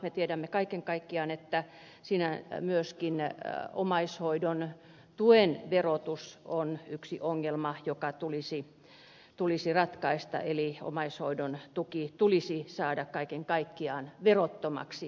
me tiedämme kaiken kaikkiaan että siinä myöskin omaishoidon tuen verotus on yksi ongelma joka tulisi ratkaista eli omaishoidon tuki tulisi saada kaiken kaikkiaan verottomaksi